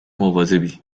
مواظبی